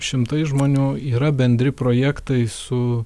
šimtai žmonių yra bendri projektai su